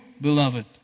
beloved